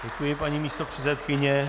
Děkuji, paní místopředsedkyně.